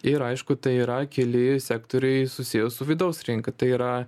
ir aišku tai yra keli sektoriai susiję su vidaus rinka tai yra